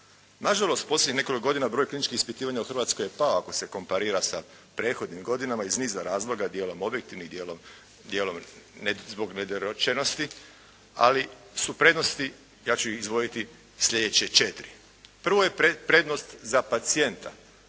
Na žalost u posljednjih nekoliko godina broj kliničkih ispitivanja u Hrvatskoj je pao ako se komparira sa prethodnim godinama iz niza razloga dijelom objektivnih, dijelom zbog nedorečenosti, ali su prednosti ja ću izdvojiti sljedeće četiri. Prvo je prednost za pacijenta,